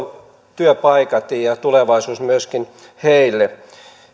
työpaikat ja tulevaisuuden myöskin heille